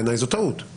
בעיניי זו טעות.